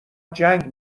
جنگ